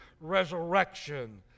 resurrection